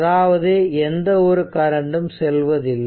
அதாவது எந்த ஒரு கரண்டும் செல்வதில்லை